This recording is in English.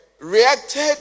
reacted